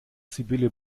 sibylle